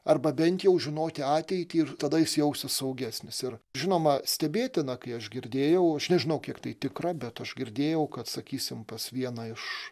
arba bent jau žinoti ateitį ir tada jis jausis saugesnis ir žinoma stebėtina kai aš girdėjau aš nežinau kiek tai tikra bet aš girdėjau kad sakysim pas vieną iš